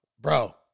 bro